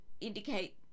indicate